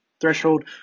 threshold